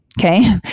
Okay